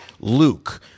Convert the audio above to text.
Luke